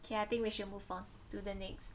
okay I think we should move on to the next